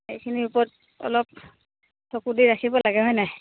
এইখিনিৰ ওপৰত অলপ চকু দি ৰাখিব লাগে হয় নাই